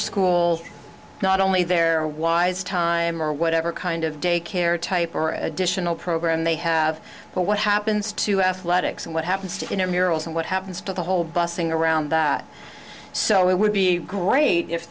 school not only their ys time or whatever kind of daycare type or additional program they have but what happens to athletics and what happens to inner merrill's and what happens to the whole bussing around so it would be great if